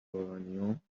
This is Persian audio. اورانیوم